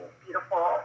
beautiful